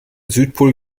südpol